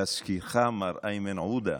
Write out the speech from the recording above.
להזכירך, מר איימן עודה,